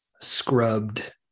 scrubbed